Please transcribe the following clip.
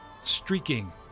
streaking